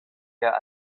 der